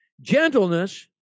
gentleness